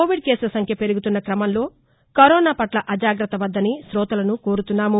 Covid కేసులసంఖ్య పెరుగుతున్న క్రమంలో కరోనాపట్ల అజాగ్రత్త వద్దని కోతలను కోరుచున్నాము